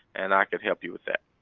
and i can help you with that.